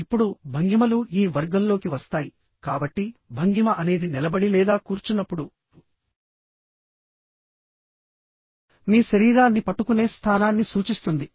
ఇప్పుడు భంగిమలు ఈ వర్గంలోకి వస్తాయి కాబట్టి భంగిమ అనేది నిలబడి లేదా కూర్చున్నప్పుడు మీ శరీరాన్ని పట్టుకునే స్థానాన్ని సూచిస్తుంది